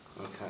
okay